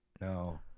No